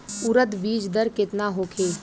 उरद बीज दर केतना होखे?